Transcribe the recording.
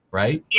right